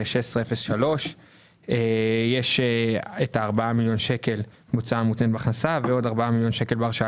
161603 יש 4 מיליון שקל בהוצאה מותנית בהכנסה ו-4 מיליון שקל בהרשאה